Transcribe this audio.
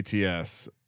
ATS